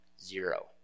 zero